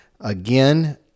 again